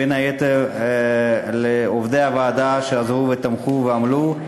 בין היתר לעובדי הוועדה שעזרו ותמכו ועמלו,